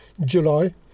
july